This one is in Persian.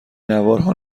نوارها